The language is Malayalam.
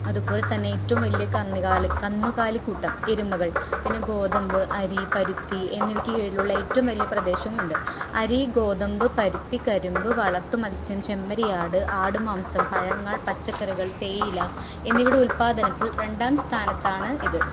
അതുപോലെ തന്നെ ഏറ്റവും വലിയ കന്നുകാലി കന്നുകാലി കൂട്ടം എരുമകൾ പിന്നെ ഗോതമ്പ് അരി പരുത്തി എന്നിവയ്ക്ക് കീഴിലുള്ള ഏറ്റവും വലിയ പ്രദേശവുമുണ്ട് അരി ഗോതമ്പ് പരുത്തി കരിമ്പ് വളർത്തു മത്സ്യം ചെമ്മരിയാട് ആട് മാംസം പഴങ്ങൾ പച്ചക്കറികൾ തേയില എന്നിവയുടെ ഉൽപാദനത്തിൽ രണ്ടാം സ്ഥാനത്താണ് ഇത്